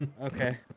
Okay